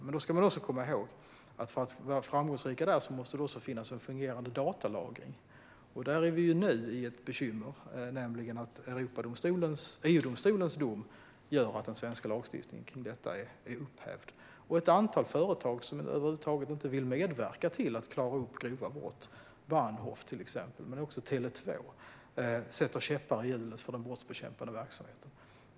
Men man ska komma ihåg att för att man ska vara framgångsrik där måste det också finnas fungerande datalagring. Där har vi nu ett bekymmer, nämligen att EU-domstolens dom gör att den svenska lagstiftningen kring detta är upphävd. Det är också ett antal företag som över huvud taget inte vill medverka till att klara upp grova brott, till exempel Bahnhof och Tele 2. Det sätter käppar i hjulet för den brottsbekämpande verksamheten.